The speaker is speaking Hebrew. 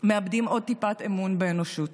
מאבדים עוד טיפת אמון באנושות.